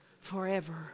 forever